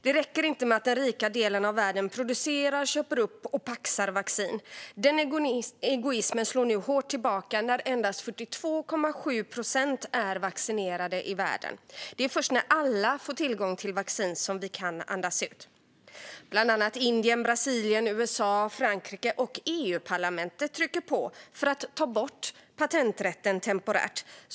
Det räcker inte med att den rika delen av världen producerar, köper upp och paxar vaccin. Den egoismen slår nu hårt tillbaka när endast 42,7 procent är vaccinerade i världen. Det är först när alla får tillgång till vaccin som vi kan andas ut. Bland annat Indien, Brasilien, USA, Frankrike och EU-parlamentet trycker på för att ta bort patenträtten temporärt.